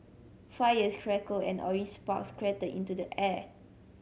fires crackled and orange sparks into the air